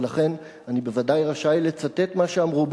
ולכן אני בוודאי רשאי לצטט מה שאמרו בו,